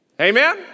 Amen